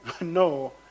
No